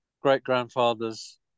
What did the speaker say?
great-grandfather's